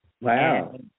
wow